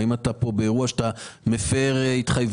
האם אתה נמצא פה באירוע שאתה מפר התחייבויות?